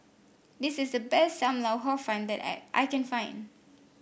this is the best Sam Lau Hor Fun that I I can find